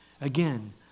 again